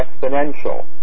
exponential